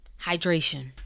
Hydration